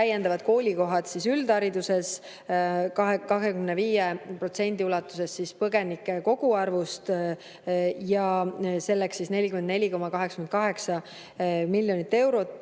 Täiendavad koolikohad üldhariduses 25% ulatuses põgenike koguarvust ja selleks on 44,88 miljonit eurot